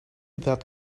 that